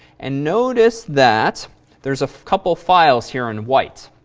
and notice that there's a couple files here on white.